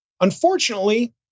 Unfortunately